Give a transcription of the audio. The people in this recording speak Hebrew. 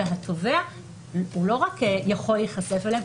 והתובע לא רק יכול להיחשף אליהן,